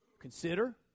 Consider